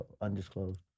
Undisclosed